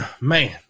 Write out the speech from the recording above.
Man